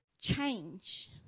change